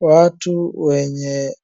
Watu wenye